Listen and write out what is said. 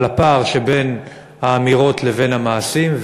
על הפער שבין האמירות לבין המעשים,